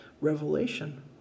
revelation